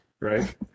right